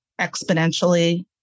exponentially